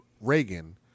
Reagan